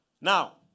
Now